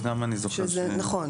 נכון,